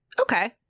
Okay